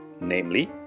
namely